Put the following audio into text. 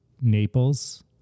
Naples